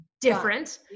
different